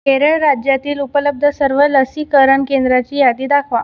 केरळ राज्यातील उपलब्ध सर्व लसीकरण केंद्राची यादी दाखवा